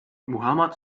muhammad